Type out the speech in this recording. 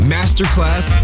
Masterclass